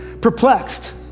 Perplexed